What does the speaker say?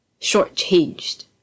shortchanged